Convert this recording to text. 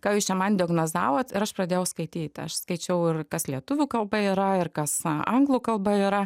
ką jūs čia man diagnozavot ir aš pradėjau skaityt aš skaičiau ir kas lietuvių kalba yra ir kas anglų kalba yra